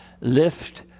lift